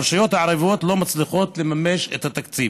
הרשויות הערביות לא מצליחות לממש את התקציב.